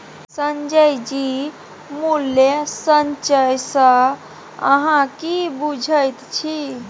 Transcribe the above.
संजय जी मूल्य संचय सँ अहाँ की बुझैत छी?